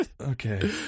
okay